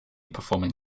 performing